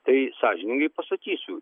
tai sąžiningai pasakysiu